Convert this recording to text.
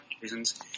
reasons